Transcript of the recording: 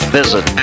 visit